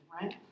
right